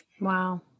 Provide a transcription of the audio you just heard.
Wow